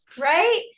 right